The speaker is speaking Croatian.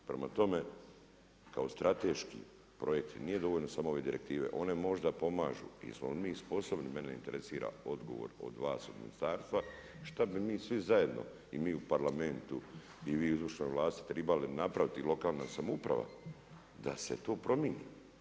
Prema tome, kao strateški projekti, nije dovoljno samo ove direktive, one možda pomažu, jesmo li mi sposobni mene interesira, odgovor od vas, od ministarstva, šta bi mi svi zajedno u mi u Parlamentu i vi u izvršnoj vlasti, trebalo napraviti lokalnoj samoupravi, da se to promijeni?